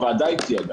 הוועדה הציעה,